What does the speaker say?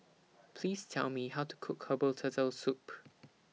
Please Tell Me How to Cook Herbal Turtle Soup